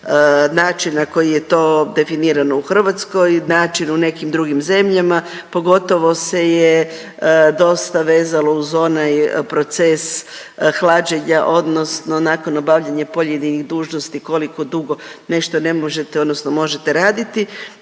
način na koji je to definirano u Hrvatskoj, način u nekim drugim zemljama pogotovo se je dosta vezalo uz onaj proces hlađenja odnosno nakon obavljanja pojedinih dužnosti koliko dugo nešto ne možete odnosno